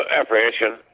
apprehension